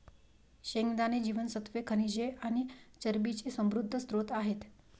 शेंगदाणे जीवनसत्त्वे, खनिजे आणि चरबीचे समृद्ध स्त्रोत आहेत